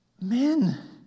Men